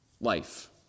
life